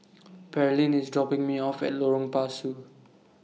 Pearlene IS dropping Me off At Lorong Pasu